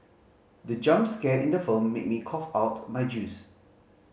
the jump scare in the film made me cough out my juice